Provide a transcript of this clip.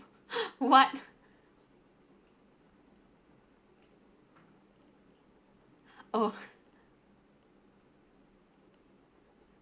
what oh